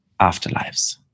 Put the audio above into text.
Afterlives